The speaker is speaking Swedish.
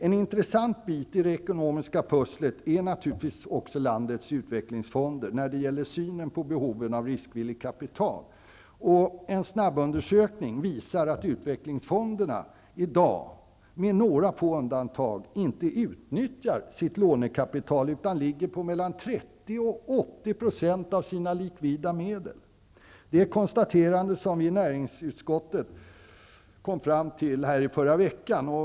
När det gäller synen på behoven av riskvilligt kapital är en intressant bit i det ekonomiska pusslet naturligtvis landets utvecklingsfonder. En snabbundersökning visar att utvecklingsfonderna i dag, med några få undantag, inte utnyttjar sitt lånekapital utan ligger mellan 30 % och 80 % av sina likvida medel. Det är ett konstaterande som vi i näringsutskottet gjorde i förra veckan.